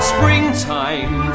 Springtime